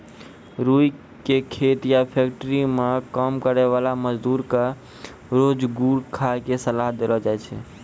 रूई के खेत या फैक्ट्री मं काम करै वाला मजदूर क रोज गुड़ खाय के सलाह देलो जाय छै